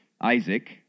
Isaac